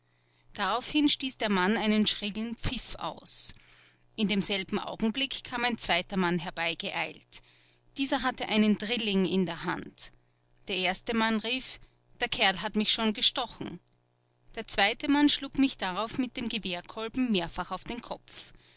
daraufhin stieß der mann einen schrillen pfiff aus in demselben augenblick kam ein zweiter mann herbeigeeilt dieser hatte einen drilling in der hand der erste mann rief der kerl hat mich schon gestochen der zweite mann schlug mich darauf mit dem gewehrkolben mehrfach auf den kopf